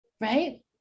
right